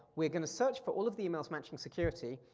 we're gonna search for all of the emails matching security,